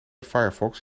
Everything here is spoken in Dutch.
firefox